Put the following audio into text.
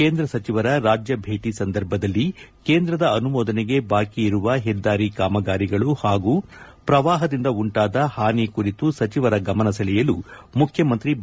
ಕೇಂದ್ರ ಸಚಿವರ ರಾಜ್ಯ ಭೇಟಿ ಸಂದರ್ಭದಲ್ಲಿ ಕೇಂದ್ರದ ಅನುಮೋದನೆಗೆ ಬಾಕಿ ಇರುವ ಹೆದ್ದಾರಿ ಕಾಮಗಾರಿಗಳು ಹಾಗೂ ಪ್ರವಾಹದಿಂದ ಉಂಟಾದ ಹಾನಿ ಕುರಿತು ಸಚಿವರ ಗಮನ ಸೆಳೆಯಲು ಮುಖ್ಯಮಂತ್ರಿ ಬಿ